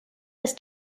ist